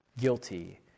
guilty